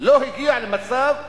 לא הגיעו למצב,